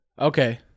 Okay